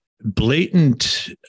blatant